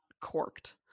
corked